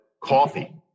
coffee